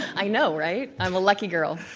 i know, right? i'm a lucky girl.